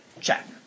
Check